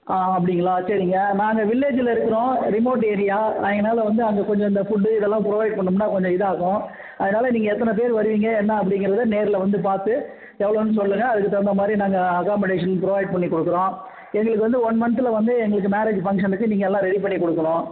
ஆ அப்படிங்களா சரிங்க நாங்கள் வில்லேஜில் இருக்கிறோம் ரிமோட் ஏரியா எங்களால் வந்து இந்த ஃபுட்டு இதெல்லாம் ப்ரொவைட் பண்ணோம்னா கொஞ்சம் இதாகும் அதனால் நீங்கள் எத்தனை பேர் வருவீங்க என்னா அப்படிங்கிறது நேரில் வந்து பார்த்து எவ்வளோனு சொன்னிங்கன்னா இதுக்கு தகுந்தா மாதிரி நாங்கள் அக்கோமோடேசன் ப்ரொவைட் பண்ணி கொடுக்குறோம் எங்களுக்கு வந்து ஒன் மன்தில வந்து எங்களுக்கு மேரெஜ் ஃபங்ஷனுக்கு நீங்கள் எல்லாம் ரெடி பண்ணி கொடுக்கணும்